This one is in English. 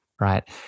Right